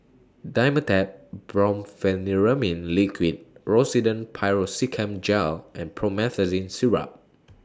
Dimetapp Brompheniramine Liquid Rosiden Piroxicam Gel and Promethazine Syrup